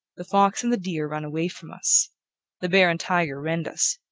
the fox and the deer run away from us the bear and tiger rend us.